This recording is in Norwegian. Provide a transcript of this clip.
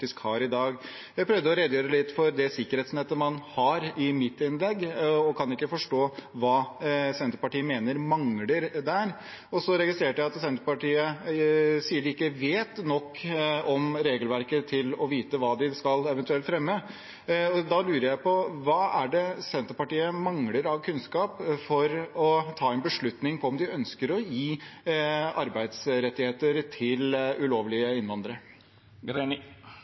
faktisk har i dag. Jeg prøvde i mitt innlegg å redegjøre litt for det sikkerhetsnettet man har, og kan ikke forstå hva Senterpartiet mener mangler der. Så registrerte jeg at Senterpartiet sier de ikke vet nok om regelverket til å vite hva de eventuelt skal fremme. Da lurer jeg på: Hva er det Senterpartiet mangler av kunnskap for å ta en beslutning med tanke på om de ønsker å gi arbeidsrettigheter til ulovlige innvandrere?